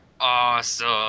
Awesome